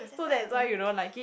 so that's why you don't like it